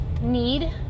need